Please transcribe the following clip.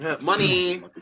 money